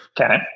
Okay